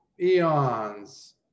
eons